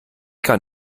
kann